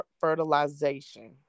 fertilization